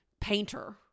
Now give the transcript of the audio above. painter